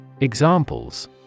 Examples